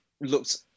looked